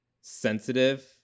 sensitive